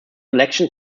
election